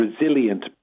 resilient